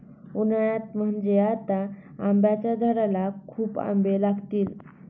उन्हाळ्यात म्हणजे आता आंब्याच्या झाडाला खूप आंबे लागतील